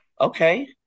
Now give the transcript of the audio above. okay